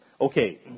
Okay